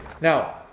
Now